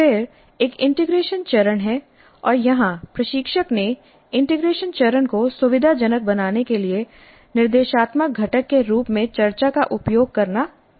फिर एक इंटीग्रेशन चरण है और यहां प्रशिक्षक ने इंटीग्रेशन चरण को सुविधाजनक बनाने के लिए निर्देशात्मक घटक के रूप में चर्चा का उपयोग करना चुना है